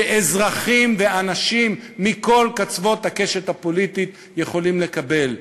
שאזרחים ואנשים מכל קצוות הקשת הפוליטית יכולים לקבל.